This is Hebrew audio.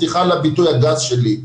סליחה על הביטוי הגס שלי,